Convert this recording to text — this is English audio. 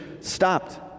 stopped